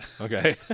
Okay